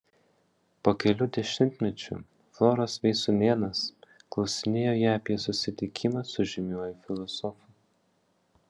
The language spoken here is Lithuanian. po kelių dešimtmečių floros veis sūnėnas klausinėjo ją apie susitikimą su žymiuoju filosofu